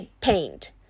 paint